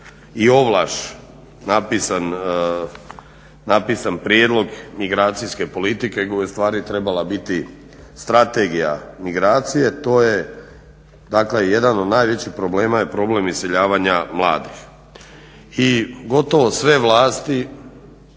i ovlaš napisan prijedlog migracijske politike koja je u stvari trebala biti strategija migracije. To je dakle jedan od najvećih problema je problem iseljavanja mladih. I gotovo sve vlasti